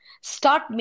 Start